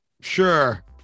Sure